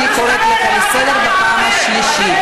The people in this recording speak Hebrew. אני קורא אותך לסדר פעם שנייה.